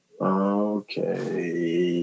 Okay